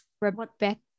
Rebecca